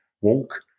walk